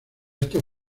estos